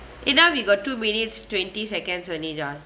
eh now we got two minutes twenty seconds only john